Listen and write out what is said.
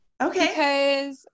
okay